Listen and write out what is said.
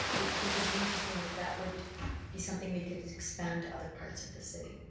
it it would be interesting if that would be something we could expand to other parts of the city.